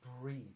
breathe